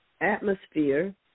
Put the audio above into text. atmosphere